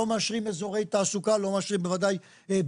לא מאשרים אזורי תעסוקה ולא מאשרים בינוי,